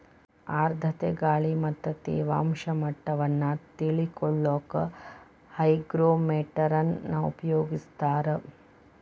ಆರ್ಧ್ರತೆ ಗಾಳಿ ಮತ್ತ ತೇವಾಂಶ ಮಟ್ಟವನ್ನ ತಿಳಿಕೊಳ್ಳಕ್ಕ ಹೈಗ್ರೋಮೇಟರ್ ನ ಉಪಯೋಗಿಸ್ತಾರ